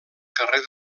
carrer